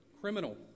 criminal